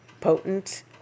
potent